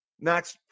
Max